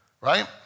right